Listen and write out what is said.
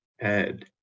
ed